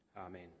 Amen